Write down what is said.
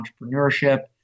entrepreneurship